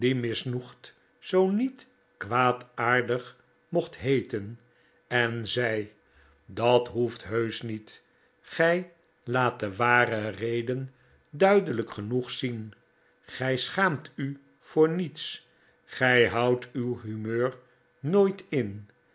zoo niet kwaadaardig mocht heeten en zei dat hoeft heusch niet gij laat de ware reden duidelijk genoeg zien gij schaamt u voor niets gij houdt uw humeur nooit in